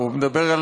הוא מדבר,